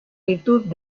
virtud